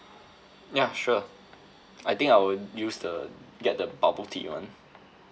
ya sure I think I will use the get the bubble tea [one]